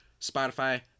Spotify